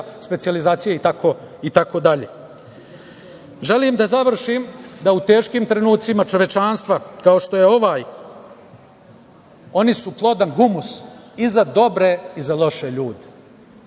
specijalizacija itd. Želim da završim da u teškim trenucima čovečanstva, kao što je ovaj, oni su plodan humus i za dobre i za loše ljude.